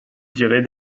direz